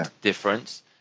difference